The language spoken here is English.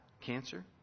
cancer